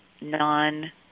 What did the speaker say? non